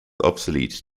obsolete